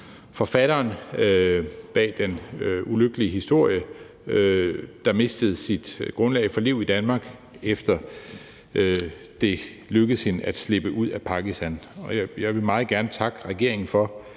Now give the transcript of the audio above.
forfatteren bag den ulykkelige historie; hun mistede sit grundlag for liv i Danmark, efter at det lykkedes hende at til slippe ud af Pakistan. Jeg vil meget gerne takke regeringen for